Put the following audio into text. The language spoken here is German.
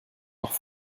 nach